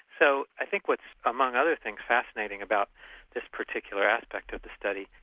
so i think what's among other things fascinating about this particular aspect of the study,